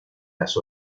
las